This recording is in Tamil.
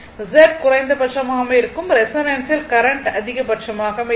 Z குறைந்தபட்சமாக இருக்கும் ரெஸோனான்சில் கரண்ட் அதிகபட்சமாக இருக்கும்